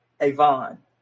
Avon